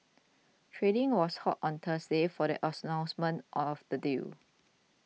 trading was halted on Thursday for the announcement of the deal